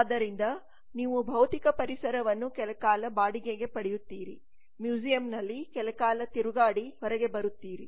ಆದ್ದರಿಂದ ನೀವು ಭೌತಿಕ ಪರಿಸರವನ್ನು ಕೆಲಕಾಲ ಬಾಡಿಗೆಗೆ ಪಡೆಯುತ್ತೀರಿ ಮ್ಯೂಸೀಯಂನಲ್ಲಿ ಕೆಲಕಾಲ ತಿರುಗಾಡಿ ಹೊರಗೆ ಬರುತ್ತೀರಿ